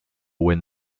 win